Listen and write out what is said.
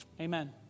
Amen